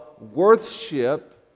worship